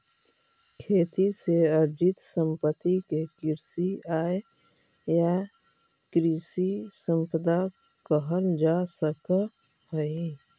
खेती से अर्जित सम्पत्ति के कृषि आय या कृषि सम्पदा कहल जा सकऽ हई